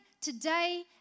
today